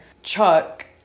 Chuck